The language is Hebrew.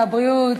הרווחה והבריאות